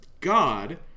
God